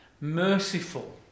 merciful